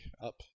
up